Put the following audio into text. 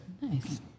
Nice